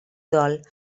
dol